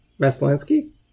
Maslansky